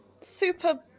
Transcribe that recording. super